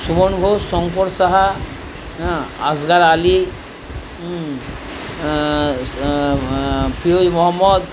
Suman Ghosh Shankar Saha Ali Piyush Mohammad